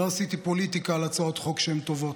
מעולם לא עשיתי פוליטיקה על הצעות חוק שהן טובות.